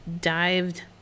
dived